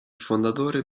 fondatore